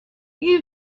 you